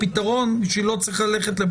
הרבה פעמים קושי לשמור על מרחק אישי שלא תמיד מתאפשר,